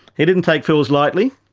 he didn't take fools lightly,